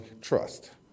trust